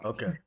Okay